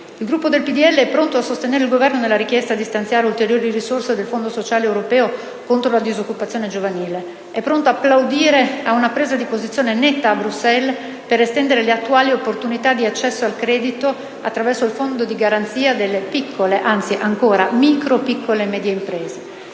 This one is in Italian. Il Gruppo PdL è pronto a sostenere il Governo nella richiesta di stanziare ulteriori risorse del Fondo sociale europeo contro la disoccupazione giovanile. È pronto a plaudire a una presa di posizione netta a Bruxelles per estendere le attuali opportunità di accesso al credito attraverso il Fondo di garanzia delle micropiccole e medie imprese;